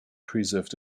preserved